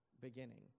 beginning